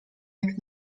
jak